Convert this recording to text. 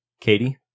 Katie